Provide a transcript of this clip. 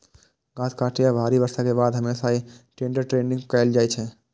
घास काटै या भारी बर्षा के बाद हमेशा हे टेडर टेडिंग कैल जाइ छै